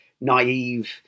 naive